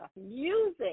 music